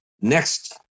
next